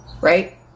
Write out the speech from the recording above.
right